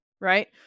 right